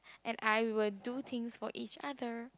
and I will do things for each other